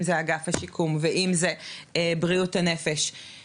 אם זה אגף השיקום ואם זה בריאות הנפש.